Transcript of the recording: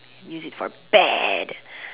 use it for a bad